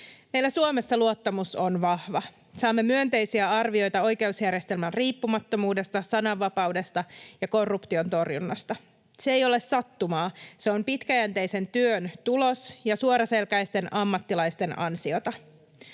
Meillä Suomessa luottamus on vahva. Saamme myönteisiä arvioita oikeusjärjestelmän riippumattomuudesta, sananvapaudesta ja korruption torjunnasta. Se ei ole sattumaa, se on pitkäjänteisen työn tulos ja suoraselkäisten ammattilaisten ansiota.